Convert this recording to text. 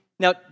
Now